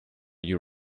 you